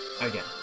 Again